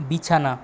বিছানা